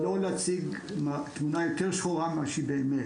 לא להציג תמונה יותר שחורה ממה שהיא באמת.